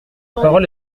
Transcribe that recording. parole